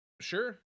Sure